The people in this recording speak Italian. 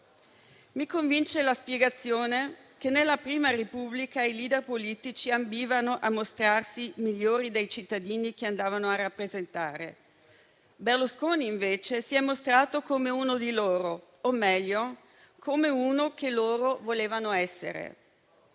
Mi convince la spiegazione che nella prima Repubblica i *leader* politici ambivano a mostrarsi migliori dei cittadini che andavano a rappresentare. Berlusconi invece si è mostrato come uno di loro, o meglio come uno che loro volevano essere.